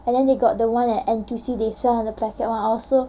and then they got the one at N_T_U_C they sell the packet [one] also